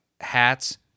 hats